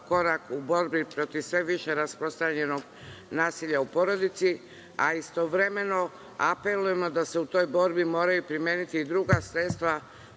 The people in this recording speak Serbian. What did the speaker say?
korak u borbi protiv sve više rasprostranjenog nasilja u porodici, a istovremeno apelujemo da se u toj borbi moraju primeniti i druga sredstva